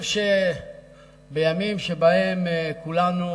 בימים שבהם כולנו